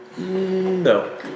No